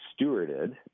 stewarded